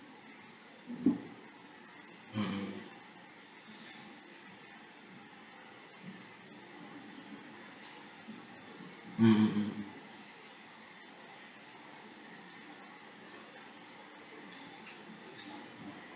mm mm mm mm mm mm